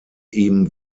ihm